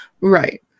Right